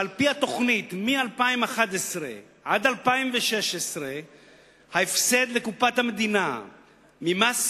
ועל-פי התוכנית מ-2011 עד 2016 ההפסד לקופת המדינה ממס